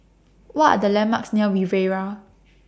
What Are The landmarks near Riviera